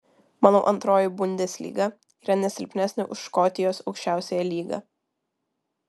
manau antroji bundeslyga yra ne silpnesnė už škotijos aukščiausiąją lygą